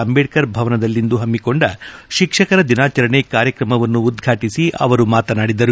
ಅಂಬೇಡ್ನರ ಭವನದಲ್ಲಿಂದು ಹಮ್ನಿಕೊಂಡ ತಿಕ್ಸಕರ ದಿನಾಚರಣೆ ಕಾರ್ಯಕ್ರಮವನ್ನು ಉದ್ವಾಟಿಸಿ ಅವರು ಮಾತನಾಡಿದರು